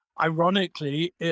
ironically